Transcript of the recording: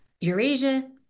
eurasia